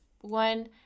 One